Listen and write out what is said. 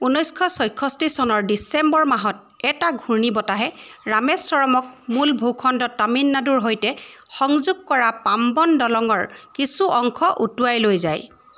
ঊনৈছশ ছয়ষষ্ঠি চনৰ ডিচেম্বৰ মাহত এটা ঘূৰ্ণীবতাহে ৰামেশ্বৰমক মূল ভূখণ্ড তামিলনাডুৰ সৈতে সংযোগ কৰা পাম্বন দলঙৰ কিছু অংশ উটুৱাই লৈ যায়